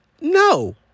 No